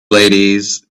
ladies